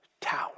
tower